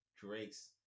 Drake's